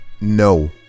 No